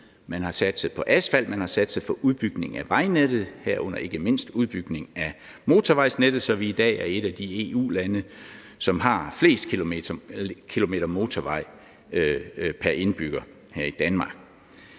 man har satset på asfalt, man har satset på udbygning af vejnettet, herunder ikke mindst udbygning af motorvejsnettet, så Danmark i dag er et af de EU-lande, som har flest kilometer motorvej pr. indbygger. Samtidig har